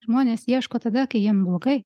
žmonės ieško tada kai jiem blogai